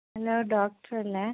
hello ഡോക്ടറല്ലേ